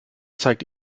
zeigt